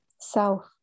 self